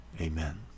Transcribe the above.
Amen